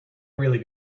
really